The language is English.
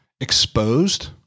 exposed